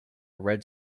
red